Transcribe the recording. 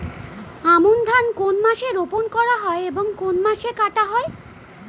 আমন ধান কোন মাসে রোপণ করা হয় এবং কোন মাসে কাটা হয়?